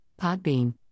Podbean